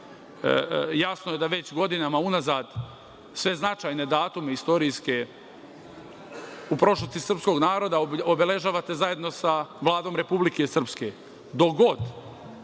jasno je da već godinama unazad sve značajne istorijske datume u prošlosti srpskog naroda obeležavate zajedno sa Vladom Republike Srpske. Dokle